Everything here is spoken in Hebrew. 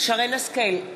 שרן השכל,